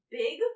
big